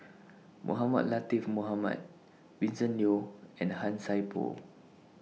Mohamed Latiff Mohamed Vincent Leow and Han Sai Por